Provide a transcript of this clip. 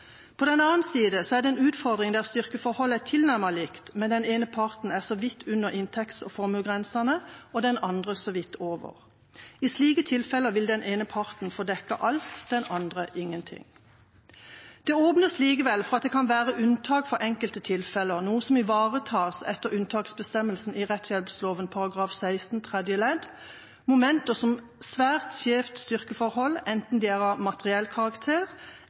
På den annen side er det en utfordring der styrkeforholdet er tilnærmet likt, men der den ene parten så vidt er under inntekts- og formuesgrensene, og den andre så vidt over. I slike tilfeller vil den ene parten få dekket alt, den andre ingenting. Det åpnes likevel for at det kan være unntak for enkelte tilfeller, noe som ivaretas etter unntaksbestemmelsen i rettshjelploven § 16 tredje ledd. Momenter som svært skjevt styrkeforhold, enten de er av materiell karakter